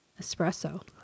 espresso